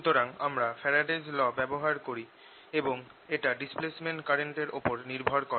সুতরাং আমরা Faraday's law ব্যবহার করি এবং এটা ডিসপ্লেসমেন্ট কারেন্ট এর ওপর নির্ভর করে